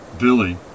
Billy